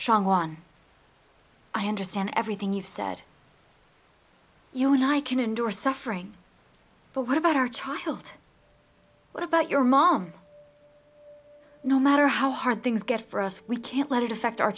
won i understand everything you've said you and i can endure suffering but what about our child what about your mom no matter how hard things get for us we can't let it affect our